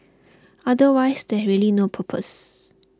otherwise there's really no purpose